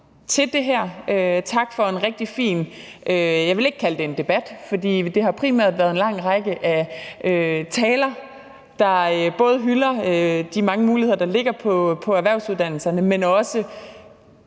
til det her, og tak for en rigtig fin, jeg vil ikke kalde det en debat, for det har jo primært været en lang række af taler, der både har hyldet de mange muligheder, der ligger i erhvervsuddannelserne, men som